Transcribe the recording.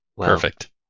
perfect